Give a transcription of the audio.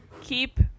Keep